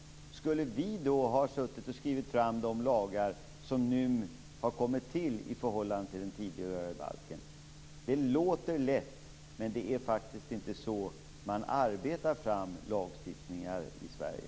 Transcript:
Skulle utskottet ha suttit och skrivit de lagar som nu har kommit till i förhållande till den tidigare balken? Det låter lätt, men det är faktiskt inte så man arbetar fram lagstiftning här i Sverige.